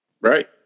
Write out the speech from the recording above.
Right